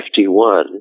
51